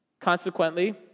Consequently